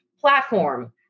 platform